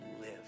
live